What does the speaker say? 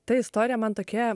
ta istorija man tokia